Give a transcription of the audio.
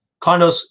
Condos